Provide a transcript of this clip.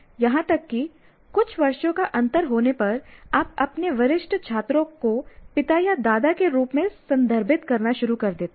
यहां तक कि कुछ वर्षों का अंतर होने पर आप अपने वरिष्ठ छात्रों को पिता या दादा के रूप में संदर्भित करना शुरू कर देते हैं